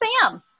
Sam